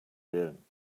wählen